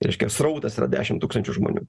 reiškia srautas yra dešim tūkstančių žmonių